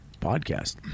podcast